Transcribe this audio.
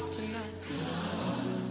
Tonight